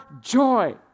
joy